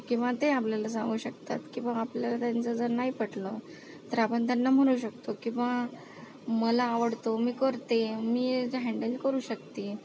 किंवा ते आपल्याला सांगू शकतात किंवा आपल्याला त्यांचं जर नाही पटलं तर आपण त्यांना म्हणू शकतो की बुवा मला आवडतो मी करते मी ते हँडल करू शकते